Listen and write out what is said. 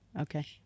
Okay